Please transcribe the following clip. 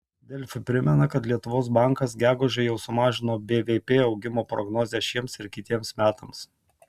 delfi primena kad lietuvos bankas gegužę jau sumažino bvp augimo prognozę šiems ir kitiems metams